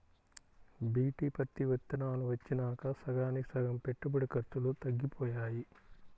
BT పత్తి విత్తనాలు వచ్చినాక సగానికి సగం పెట్టుబడి ఖర్చులు తగ్గిపోయాయి